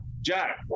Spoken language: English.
Jack